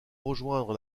rejoindre